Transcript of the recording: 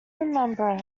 remember